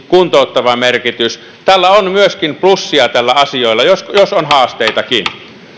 kuntouttava merkitys tässä asiassa on myöskin plussia jos jos on haasteitakin